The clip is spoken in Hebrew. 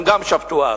הם גם שפטו אז.